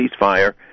ceasefire